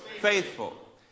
faithful